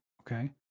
okay